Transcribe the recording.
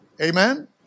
Amen